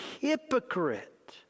hypocrite